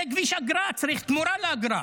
זה כביש אגרה, צריך תמורה לאגרה.